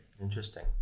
Interesting